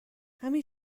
همین